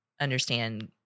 understand